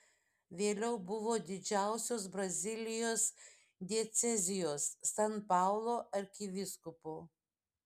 vėliau buvo didžiausios brazilijos diecezijos san paulo arkivyskupu